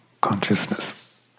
consciousness